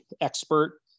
expert